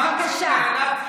בבקשה.